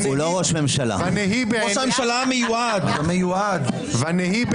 מי נמנע?